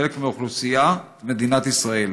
חלק מאוכלוסיית מדינת ישראל.